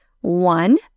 one